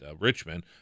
Richmond